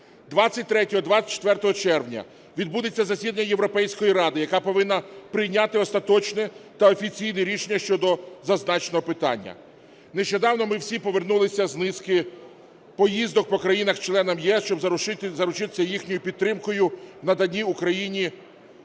23-24 червня відбудеться засідання Європейської ради, яка повинна прийняти остаточне та офіційне рішення щодо зазначеного питання. Нещодавно ми всі повернулися з низки поїздок по країнах-членах ЄС, щоб заручитися їхньою підтримкою у наданні Україні